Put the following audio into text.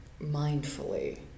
mindfully